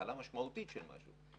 התחלה משמעותית של משהו.